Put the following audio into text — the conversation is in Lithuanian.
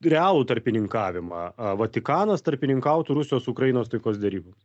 realų tarpininkavimą vatikanas tarpininkautų rusijos ukrainos taikos deryboms